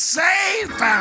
safe